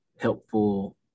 helpful